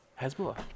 Hezbollah